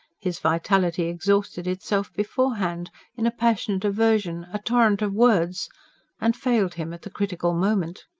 his vitality exhausted itself beforehand in a passionate aversion, a torrent of words and failed him at the critical moment.